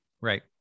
Right